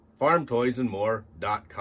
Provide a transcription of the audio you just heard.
farmtoysandmore.com